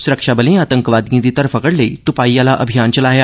सुरक्षाबलें आतंकवादिएं दी धर फगड़ लेई तुपाई आहला अभियान चलाया